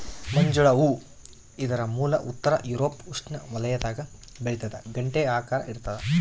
ಮಂಜುಳ ಹೂ ಇದರ ಮೂಲ ಉತ್ತರ ಯೂರೋಪ್ ಉಷ್ಣವಲಯದಾಗ ಬೆಳಿತಾದ ಗಂಟೆಯ ಆಕಾರ ಇರ್ತಾದ